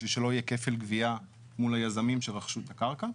בשביל שלא יהיה כפל גבייה מול היזמים שרכשו את הקרקע.